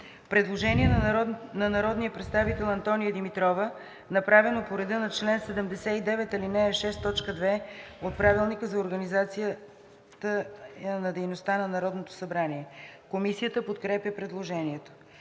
Предложение на народния представител Антония Димитрова, направено по реда на чл. 79, ал. 6, т. 2 от Правилника за организацията и дейността на Народното събрание. Комисията подкрепя предложението.